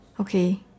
okay